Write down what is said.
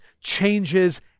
changes